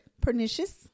pernicious